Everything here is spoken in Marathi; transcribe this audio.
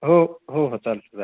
हो हो हो चालेल चालेल